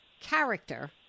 character